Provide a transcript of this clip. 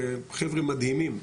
חבר'ה מדהימים.